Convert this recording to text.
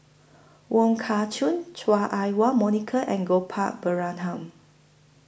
Wong Kah Chun Chua Ah Huwa Monica and Gopal Baratham